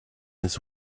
his